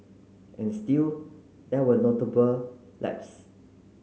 and still there were notable lapse